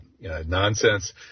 nonsense